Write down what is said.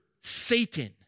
Satan